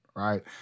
right